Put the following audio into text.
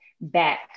back